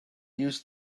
used